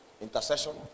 Intercession